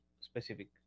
specific